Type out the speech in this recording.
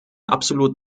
absolut